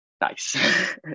Nice